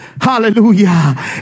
hallelujah